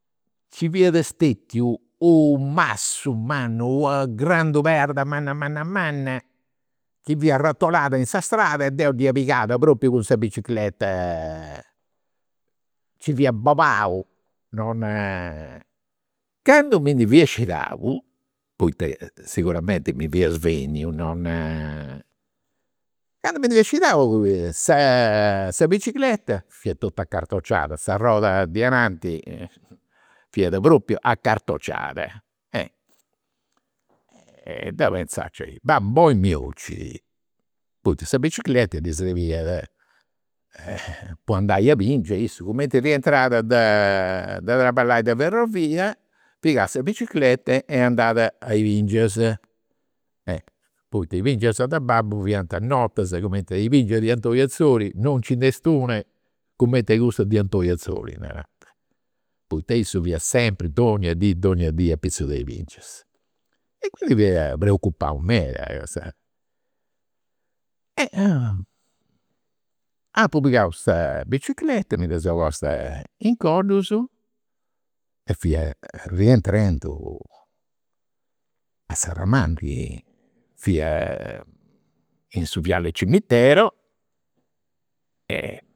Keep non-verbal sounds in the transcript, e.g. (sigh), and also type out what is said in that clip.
Nci fiat stetiu u' massu mannu, una grandu perda, manna manna manna chi fiat rotolada in sa strada e deu dd'iu pigat propriu cun sa bicicreta. Nci fiu bolau, non. (hesitation) Candu mi ndi fia scidau, poita siguramenti mi fia svenniu, non, (hesitation) candu mi ndi fia scidau sa (hesitation) sa bicicreta fiat totu acartociada, s'arroda de ananti (laughs) fiat propriu acartociada. Deu penzau, babbu (unintelligible) 'ocit, poita sa bicicreta ddi srebiat po (laughs) andai a bingia, e issu cumenti rientrat de de traballai de ferrovia, pigat sa bicicreta e andat a i bingias. Poita i' bingias de babbu fiant notas cumenti i' bingias de Antoni Atzori, non nci nd'est una cumenti cussas de Antoni Atzori, narant. Poita issu fiat sempri donnia dì donnia dì apitzus de i' bingias. E quindi fia preocupau meda po sa. (hesitation) (unintelligible) Apu pigau sa bicicreta, mi dda seu posta in coddus, e fia rientrendu a Serramanna, fia in su viale cimitero e (hesitation)